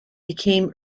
became